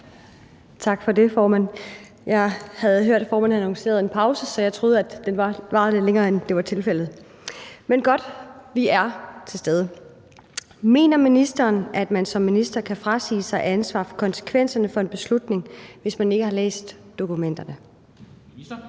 Tak for det, formand. Jeg havde hørt, at formanden annoncerede en pause, så jeg troede, at det varede lidt længere, end det var tilfældet. Men godt, vi er til stede. Mener ministeren, at man som minister kan frasige sig ansvar for konsekvenserne for en beslutning, hvis man ikke har læst dokumenterne? Kl.